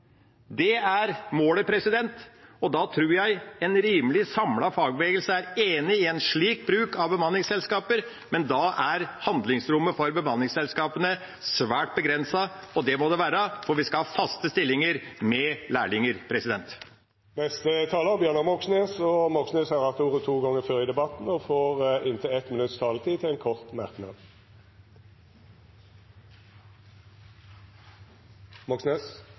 Det er målet, og jeg tror en rimelig samlet fagbevegelse er enig i en slik bruk av bemanningsselskaper. Da er handlingsrommet for bemanningsselskapene svært begrenset, og det må det være, for vi skal ha faste stillinger, med lærlinger. Representanten Bjørnar Moxnes har hatt ordet to gonger tidlegare i debatten og får ordet til ein kort merknad på inntil